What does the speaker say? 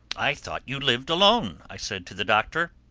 i thought you lived alone, i said to the doctor.